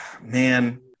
Man